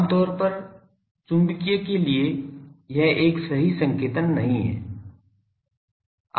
आमतौर पर चुंबकीय के लिए यह एक सही संकेतन नहीं है